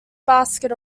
basket